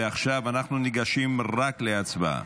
ועכשיו אנחנו ניגשים רק להצבעה.